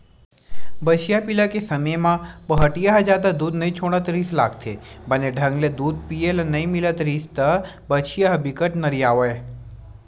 बछिया पिला के समे म पहाटिया ह जादा दूद नइ छोड़त रिहिस लागथे, बने ढंग ले दूद पिए ल नइ मिलत रिहिस त बछिया ह बिकट नरियावय